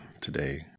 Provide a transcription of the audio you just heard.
today